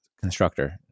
constructor